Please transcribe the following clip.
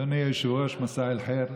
אדוני היושב-ראש, מסא אל-ח'יר.